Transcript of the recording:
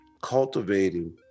cultivating